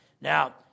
Now